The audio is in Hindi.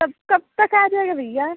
तब कब तक आ जाएगा भैया